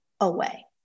away